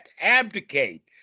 Abdicate